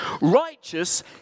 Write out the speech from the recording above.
Righteous